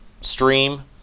stream